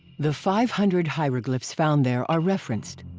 the five hundred hieroglyphs found there are referenced.